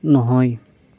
নহয়